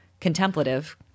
contemplative